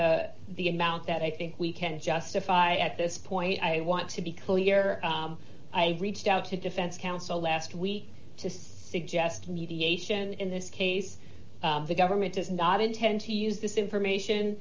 a the amount that i think we can justify at this point i want to be clear i reached out to defense counsel last week to suggest mediation in this case the government does not intend to use this information